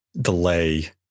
delay